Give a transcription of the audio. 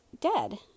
dead